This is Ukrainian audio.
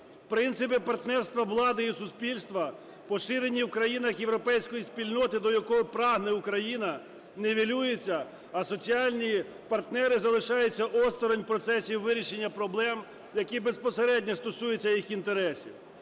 принципі, партнерство влади і суспільства поширені у країнах європейської спільноти, до якого прагне Україна, нівелюється, а соціальні партнери залишаються осторонь у процесі вирішення проблем, які безпосередньо стосуються їх інтересів.